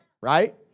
Right